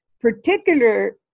particular